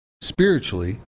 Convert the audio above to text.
spiritually